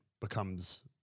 becomes